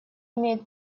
имеет